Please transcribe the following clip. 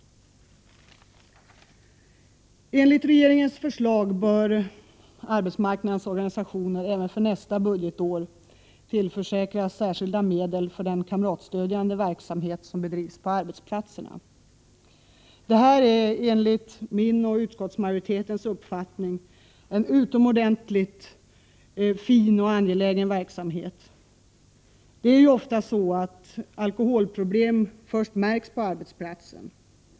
Enligt regeringens förslag bör arbetsmarknadsorganisationerna även för nästa budgetår tillförsäkras särskilda medel för den kamratstödjande verksamhet som bedrivs på arbetsplatserna. Detta är enligt min och utskottsmajoritetens uppfattning en mycket fin och angelägen verksamhet. Det är ofta så att alkoholproblem märks först på arbetsplatsen.